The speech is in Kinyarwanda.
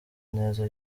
neza